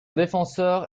défenseur